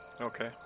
Okay